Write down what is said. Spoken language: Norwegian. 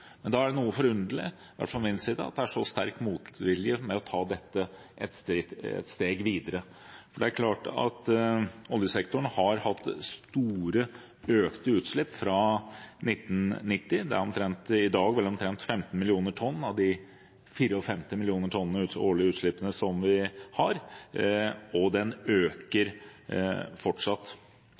Da er det noe forunderlig for meg at det er så sterk motvilje mot å ta dette et steg videre. Det er klart at oljesektoren har hatt økte utslipp fra 1990 – i dag er det vel omtrent 15 millioner tonn av de totalt 54 millioner tonn årlige utslipp vi har, og det øker fortsatt.